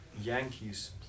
Yankees